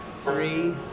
three